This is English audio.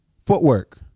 footwork